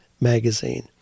Magazine